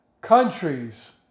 countries